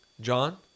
John